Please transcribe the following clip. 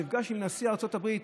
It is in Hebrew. נפגש עם נשיא ארצות הברית,